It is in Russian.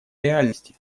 реальности